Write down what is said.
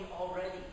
already